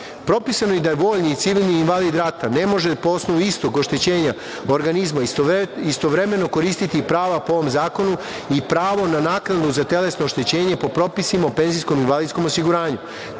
prava. Propisano je i da vojni i civilni invalid rata ne može po osnovu istog oštećenja organizma istovremeno koristiti i prava po ovom zakonu i pravo na naknadu za telesno oštećenje po propisima o penzijskom i invalidskom osiguranju,